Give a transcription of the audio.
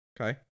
Okay